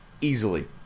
Easily